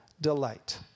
delight